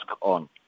on